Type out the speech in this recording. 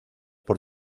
por